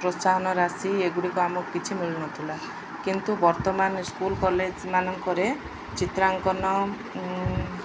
ପ୍ରୋତ୍ସାହନ ରାଶି ଏଗୁଡ଼ିକ ଆମକୁ କିଛି ମିଳୁନଥିଲା କିନ୍ତୁ ବର୍ତ୍ତମାନ ସ୍କୁଲ କଲେଜମାନଙ୍କରେ ଚିତ୍ରାଙ୍କନ